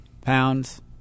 pounds